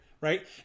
Right